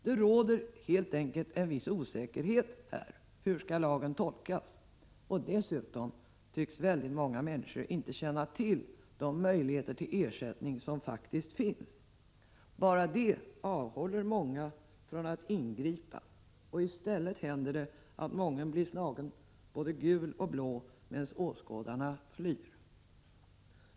Det råder helt enkelt en viss osäkerhet om hur lagen skall tolkas, och dessutom tycks många människor inte känna till de möjligheter till ersättning som faktiskt finns. Bara det avhåller många från att ingripa, och i stället blir människor slagna både gula och blå medan åskådarna flyr.